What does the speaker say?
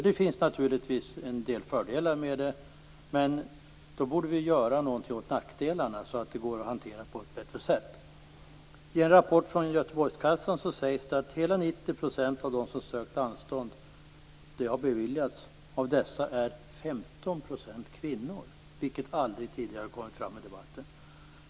Det finns naturligtvis en del fördelar med det, men då borde vi göra någonting åt nackdelarna så att det går att hantera det på ett bättre sätt. I en rapport från en Göteborgskassa sägs att hela 90 % av dem som sökte anstånd har fått det beviljat. Av dessa är 15 % kvinnor, vilket aldrig tidigare kommit fram i debatten.